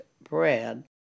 bread